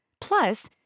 Plus